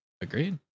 Agreed